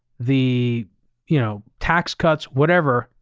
the you know tax cuts, whatever,